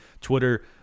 Twitter